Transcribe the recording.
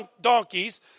donkeys